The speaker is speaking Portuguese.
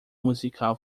musical